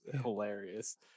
hilarious